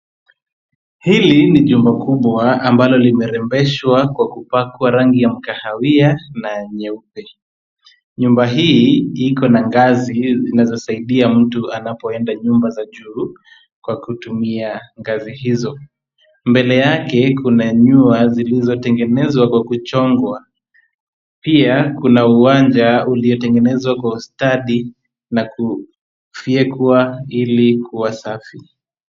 Hili ni jumba kubwa ambalo limerembeshwa kwa kupakwa rangi ya kahawia na nyeupe. Nyumba hii iko na ngazi zinazosaidia mtu anapoenda nyumba za juu, kwa kutumia ngazi hizo. Mbele yake kuna nyua zilizotengenezwa kw kuchongwa. Pia kuna uwanja uliotengenezwa kwa ustadi na kufyekwa ili kuwa safi.